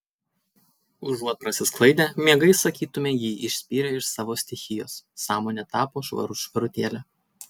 užuot prasisklaidę miegai sakytumei jį išspyrė iš savo stichijos sąmonė tapo švarut švarutėlė